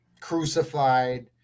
crucified